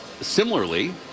similarly